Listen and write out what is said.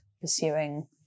pursuing